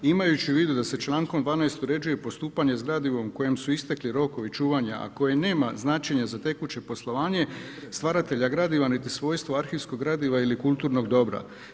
Imajući u vidu da se člankom 12. uređuje postupanje s gradivom kojem su istekli rokovi čuvanja, a koji nema značenje za tekuće poslovanje stvaratelja gradiva niti svojstvo arhivskog gradiva ili kulturnog dobra.